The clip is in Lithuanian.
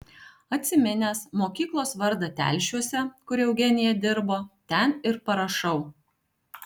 atsiminęs mokyklos vardą telšiuose kur eugenija dirbo ten ir parašau